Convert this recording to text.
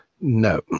no